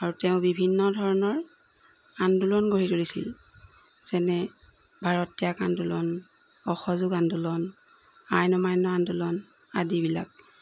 আৰু তেওঁ বিভিন্ন ধৰণৰ আন্দোলন গঢ়ি তুলিছিল যেনে ভাৰত ত্যাগ আন্দোলন অসহযোগ আন্দোলন আইন অমান্য আন্দোলন আদিবিলাক